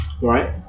right